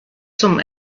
zum